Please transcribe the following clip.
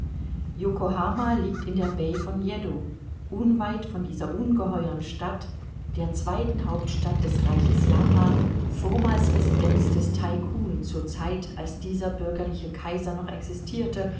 liegt in der bai von yeddo unweit von dieser ungeheuern stadt der zweiten hauptstadt des reiches japan vormals residenz des taikun zur zeit als dieser bürgerliche kaiser noch existirte